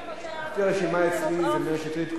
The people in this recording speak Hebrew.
לפי הרשימה אצלי מאיר שטרית קודם,